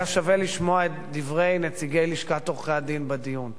היה שווה לשמוע את דברי נציגי לשכת עורכי-הדין בדיון.